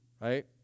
right